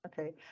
Okay